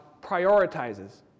prioritizes